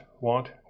want